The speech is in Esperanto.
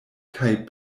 kaj